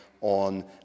on